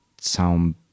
sound